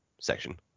section